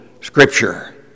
scripture